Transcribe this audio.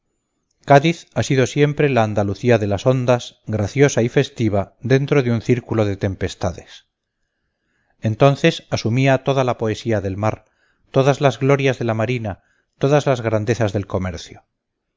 cádiz ha sido siempre la andalucía de las ondas graciosa y festiva dentro de un círculo de tempestades entonces asumía toda la poesía del mar todas las glorias de la marina todas las grandezas del comercio